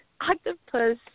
octopus